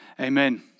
Amen